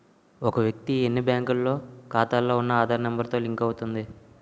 ఒక వ్యక్తి ఎన్ని బ్యాంకుల్లో ఖాతాలో ఉన్న ఆధార్ నెంబర్ తో లింక్ అవుతుంది